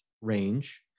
range